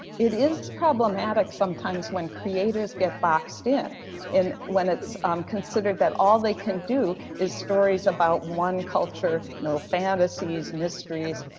it is problematic sometimes when creators get boxed in and when it's considered that all they can do is stories about one culture no fantasies, mysteries.